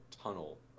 tunnel